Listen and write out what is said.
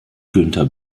günther